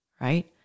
right